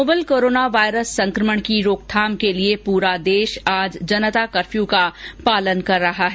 novel corona virus संक्रमण की रोकथाम के लिए पूरा देश आज जनता कर्फ्यू का पालन कर रहा है